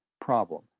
problem